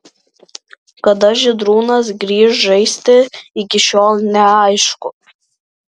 kada žydrūnas grįš žaisti iki šiol neaišku